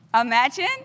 Imagine